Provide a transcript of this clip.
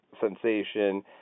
sensation